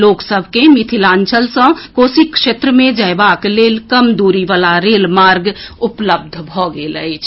लोक सभ के मिथिलांचल सँ कोसी क्षेत्र मे जयबाक लेल कम दूरी वाला रेल मार्ग उपलब्ध भऽ गेल अछि